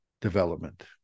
development